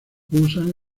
usan